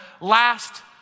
last